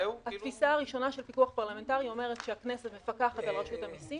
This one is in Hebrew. התפיסה הראשונה של פיקוח פרלמנטרי אומרת שהכנסת מפקחת על רשות המיסים,